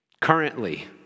Currently